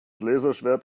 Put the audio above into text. laserschwert